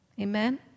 Amen